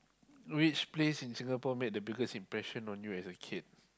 which place in Singapore made the biggest impression on you as a kid